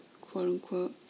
quote-unquote